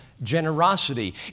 generosity